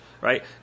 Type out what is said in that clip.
right